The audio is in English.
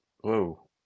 Whoa